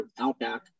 Outback